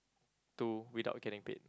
to without getting paid